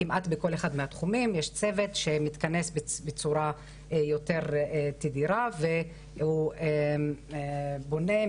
כמעט בכל אחד מהתחומים יש צוות שמתכנס בצורה יותר תדירה והוא בונה,